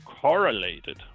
correlated